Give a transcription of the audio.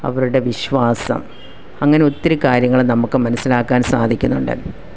അവരുടെ വിശ്വാസം അങ്ങനെ ഒത്തിരി കാര്യങ്ങൾ നമുക്ക് മനസ്സിലാക്കാൻ സാധിക്കുന്നുണ്ട്